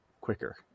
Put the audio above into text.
quicker